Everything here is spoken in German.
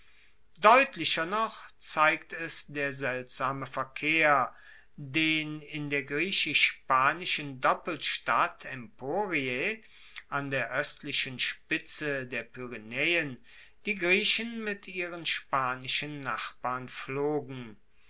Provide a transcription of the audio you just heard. deutlicher noch zeigt es der seltsame verkehr den in der griechisch spanischen doppelstadt emporiae an der oestlichen spitze der pyrenaeen die griechen mit ihren spanischen nachbarn pflogen